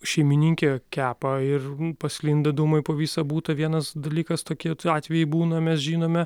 šeimininkė kepa ir pasklinda dūmai po visą butą vienas dalykas tokie atvejai būna mes žinome